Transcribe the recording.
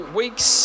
weeks